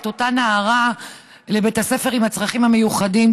אותה נערה לבית ספר לילדים עם צרכים מיוחדים,